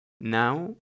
Now